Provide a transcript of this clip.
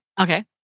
Okay